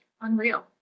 unreal